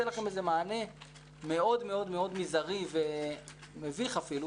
לכם איזה מענה מאוד מזערי ומביך אפילו,